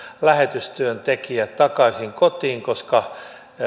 lähetystyöntekijät takaisin kotiin koska